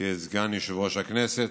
לסגן יושב-ראש הכנסת.